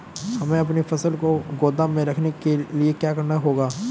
हमें अपनी फसल को गोदाम में रखने के लिये क्या करना होगा?